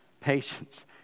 patience